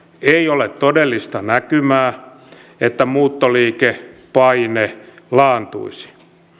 ei ole todellista näkymää että muuttoliikepaine laantuisi